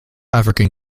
african